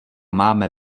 máme